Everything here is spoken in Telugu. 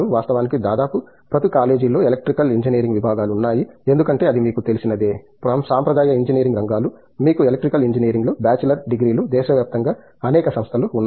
వాస్తవానికి దాదాపు ప్రతి కాలేజీలలో ఎలక్ట్రికల్ ఇంజనీరింగ్ విభాగాలు ఉన్నాయి ఎందుకంటే అది మీకు తెలిసినధే సాంప్రదాయ ఇంజనీరింగ్ రంగాలు మీకు ఎలక్ట్రికల్ ఇంజనీరింగ్లో బ్యాచిలర్ డిగ్రీలు దేశవ్యాప్తంగా అనేక సంస్థలు ఉన్నాయి